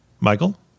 Michael